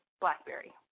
BlackBerry